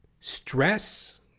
Stress